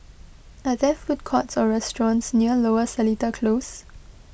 are there food courts or restaurants near Lower Seletar Close